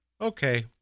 okay